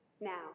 now